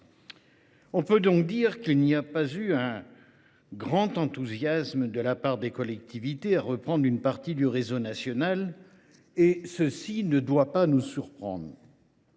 On peut donc dire qu’il n’y a pas eu un grand enthousiasme de la part des collectivités à reprendre une partie du réseau national, ce qui ne doit pas nous surprendre.